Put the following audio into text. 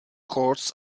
courts